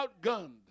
outgunned